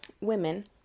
women